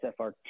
SFR